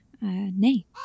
nay